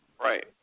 Right